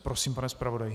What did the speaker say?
Prosím, pane zpravodaji.